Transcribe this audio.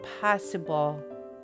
possible